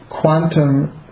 quantum